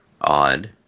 Odd